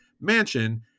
mansion